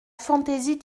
fantaisie